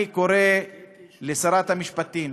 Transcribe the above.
אני קורא לשרת המשפטים,